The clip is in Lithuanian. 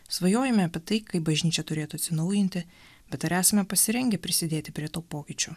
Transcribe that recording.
svajojame apie tai kaip bažnyčia turėtų atsinaujinti bet ar esame pasirengę prisidėti prie tų pokyčių